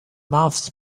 months